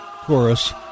chorus